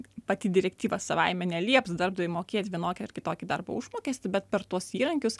pati direktyva savaime nelieps darbdaviui mokėt vienokį ar kitokį darbo užmokestį bet per tuos įrankius